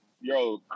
yo